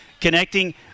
connecting